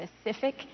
specific